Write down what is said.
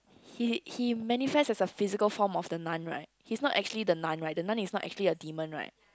he he manifest as a physical form of the nun right he's not actually the nun right the nun is not actually a demon right